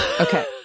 Okay